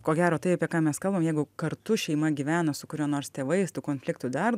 ko gero tai apie ką mes kalbam jeigu kartu šeima gyvena su kurio nors tėvais tų konfliktų dar